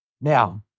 Now